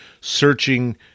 searching